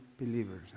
believers